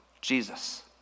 Jesus